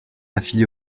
affilié